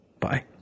Bye